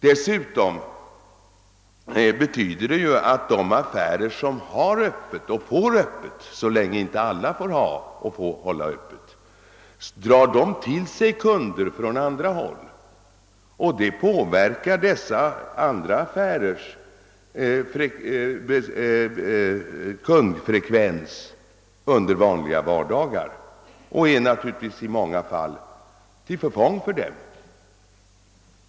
Det betyder dessutom att de affärer som har och får ha öppet — så länge inte alla får ha det — drar till sig kunder från andra håll. Det påverkar dessa andra affärers kundfrekvens under vanliga vardagar och är naturligtvis i många fall till förfång för dem.